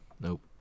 Nope